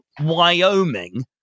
Wyoming